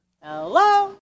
Hello